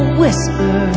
whisper